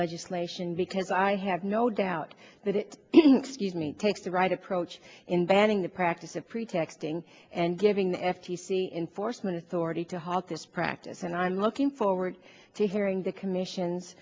legislation because i have no doubt that it is me takes the right approach in banning the practice of pretexting and giving f c c enforcement authority to halt this practice and i'm looking forward to hearing the commission